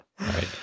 Right